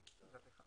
אני נועל את הישיבה.